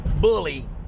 bully